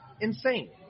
insane